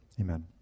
Amen